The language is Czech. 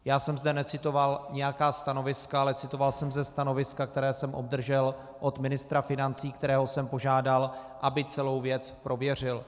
Já jsem zde necitoval nějaká stanoviska, ale citoval jsem ze stanoviska, které jsem obdržel od ministra financí, kterého jsem požádal, aby celou věc prověřil.